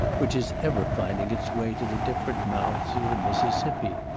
which is ever finding its way to the different mouths of the mississippi.